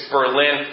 Berlin